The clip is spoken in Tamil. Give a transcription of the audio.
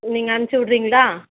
நீங்கள் அனும்ச்சி விட்றிங்ளா